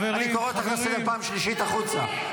אני קורא אותך לסדר פעם שלישית, החוצה.